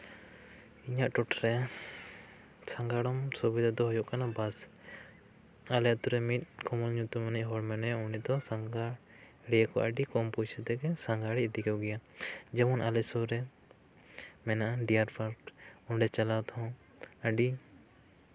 ᱤᱧᱟᱹᱜ ᱴᱚᱴᱷᱟᱨᱮ ᱥᱟᱜᱟᱲᱚᱢ ᱥᱩᱵᱤᱫᱷᱟ ᱫᱚ ᱦᱩᱭᱩᱜ ᱠᱟᱱᱟ ᱵᱟᱥ ᱟᱞᱮ ᱟᱛᱳᱨᱮ ᱢᱤᱫ ᱠᱩᱢᱟᱨ ᱧᱩᱛᱩᱢᱟᱱᱤᱡ ᱦᱚᱲ ᱢᱮᱱᱟᱭᱟ ᱩᱱᱤᱫᱚ ᱞᱟᱹᱭ ᱟᱠᱚ ᱟᱹᱰᱤ ᱠᱚᱢ ᱯᱚᱭᱥᱟ ᱛᱮᱜᱮ ᱥᱟᱸᱜᱷᱟᱨ ᱮ ᱤᱫᱤ ᱠᱚᱜᱮᱭᱟ ᱡᱮᱢᱚᱱ ᱟᱞᱮ ᱥᱩᱨ ᱨᱮ ᱢᱮᱱᱟᱜᱼᱟ ᱰᱤᱭᱟᱨ ᱯᱟᱨᱠ ᱚᱸᱰᱮ ᱪᱟᱞᱟᱣ ᱛᱮᱦᱚᱸ ᱟᱹᱰᱤ